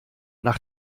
nach